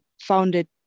founded